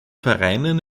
vereinen